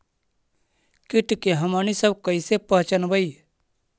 किट के हमनी सब कईसे पहचनबई?